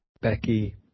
Becky